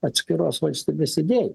atskiros valstybės idėja